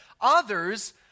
others